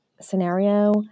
scenario